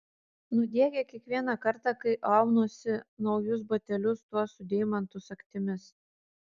nudiegia kiekvieną kartą kai aunuosi naujus batelius tuos su deimantų sagtimis